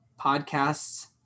podcasts